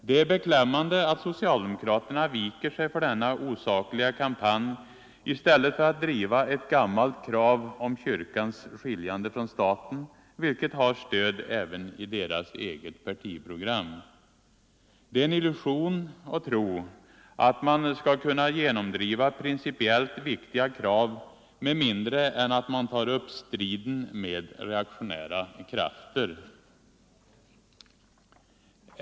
Det är beklämmande att socialdemokraterna viker sig för denna osakliga kampanj i stället för att driva ett gammalt krav om kyrkans skiljande från staten vilket har stöd även i deras eget partiprogram. Det är en illusion att tro att man skall kunna genomdriva principiellt viktiga krav med mindre än att man tar upp striden med reaktionära krafter.